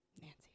Nancy